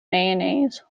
mayonnaise